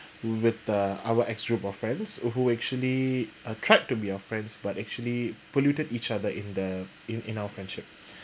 with uh our ex group of friends who actually uh tried to be our friends but actually polluted each other in the in in our friendship